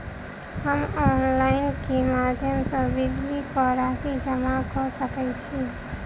हम ऑनलाइन केँ माध्यम सँ बिजली कऽ राशि जमा कऽ सकैत छी?